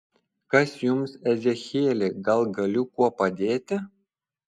kas jums ezechieli gal galiu kuo padėti